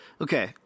Okay